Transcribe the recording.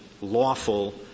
lawful